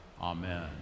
Amen